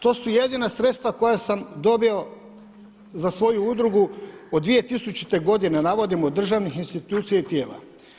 To su jedina sredstva koja sam dobio za svoju udrugu od 2000. godine, navodim od državnih institucija i tijela.